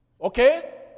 okay